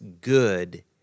good